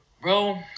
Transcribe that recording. Bro